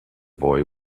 boy